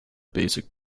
basic